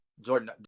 jordan